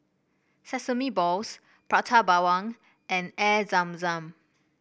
Sesame Balls Prata Bawang and Air Zam Zam